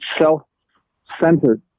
Self-centered